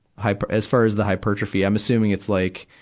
hype, as far as the hypertrophy. i'm assuming it's like,